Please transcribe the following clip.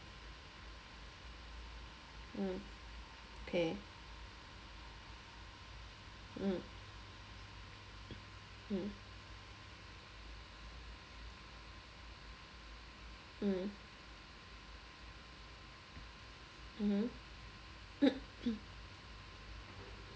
mm K mm mm mm mmhmm